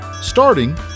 starting